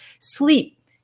Sleep